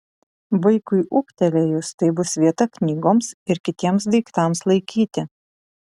vaikui ūgtelėjus tai bus vieta knygoms ir kitiems daiktams laikyti